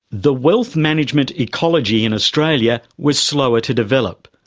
the wealth management ecology in australia was slower to develop.